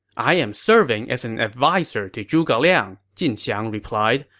i am serving as an adviser to zhuge liang, jin xiang replied.